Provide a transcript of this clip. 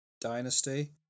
Dynasty